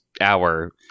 hour